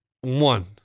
one